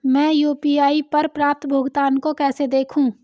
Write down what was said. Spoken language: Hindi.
मैं यू.पी.आई पर प्राप्त भुगतान को कैसे देखूं?